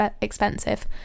expensive